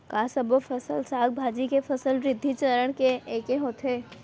का सबो फसल, साग भाजी के फसल वृद्धि चरण ऐके होथे?